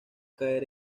caer